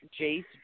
Jace